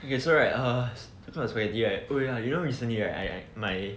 okay so right err talking about spaghetti right oh ya you know recently my